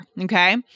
Okay